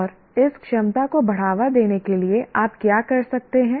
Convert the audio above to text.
और इस क्षमता को बढ़ावा देने के लिए आप क्या कर सकते हैं